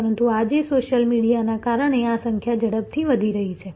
પરંતુ આજે સોશિયલ મીડિયાના કારણે આ સંખ્યા ઝડપથી વધી રહી છે